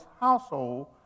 household